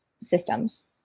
systems